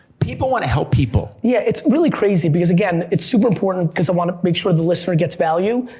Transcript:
people want to help people yeah, it's really crazy, because again, it's super important, cause i want to make sure the listener gets value,